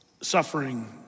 suffering